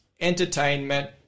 entertainment